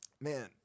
man